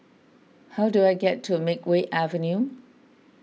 how do I get to Makeway Avenue